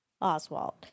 Oswald